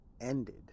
ended